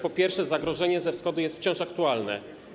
Po pierwsze, zagrożenie ze wschodu jest wciąż aktualne.